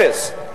אפס.